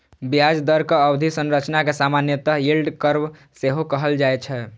ब्याज दरक अवधि संरचना कें सामान्यतः यील्ड कर्व सेहो कहल जाए छै